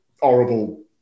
horrible